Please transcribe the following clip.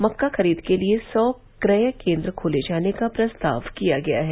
मक्का खरीद के लिए सौ क्रय केन्द्र खोले जाने का प्रस्ताव किया गया है